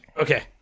Okay